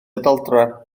daldra